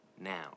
now